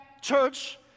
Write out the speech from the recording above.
church